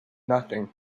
nothing